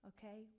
Okay